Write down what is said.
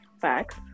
Facts